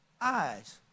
eyes